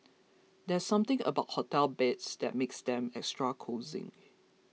there's something about hotel beds that makes them extra cosy